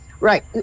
right